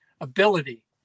ability